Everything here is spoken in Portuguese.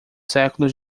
séculos